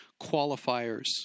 qualifiers